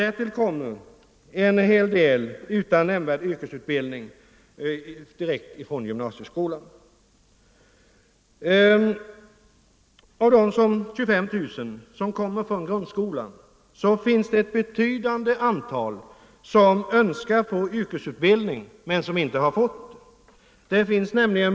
Därtill kommer en hel del utan nämnvärd yrkesutbildning direkt 6 növember 1974 från gymnasieskolan. Av de 25 000 som kommer från grundskolan finns — ooo ooo == det ett betydande antal som önskat få yrkesutbildning men som inte Allmänpolitisk har fått det.